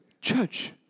Church